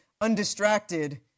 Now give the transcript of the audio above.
undistracted